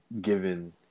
given